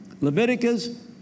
Leviticus